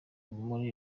muri